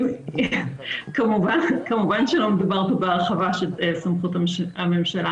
כמובן שלא מדובר פה בהרחבה של סמכות הממשלה.